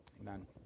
amen